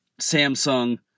Samsung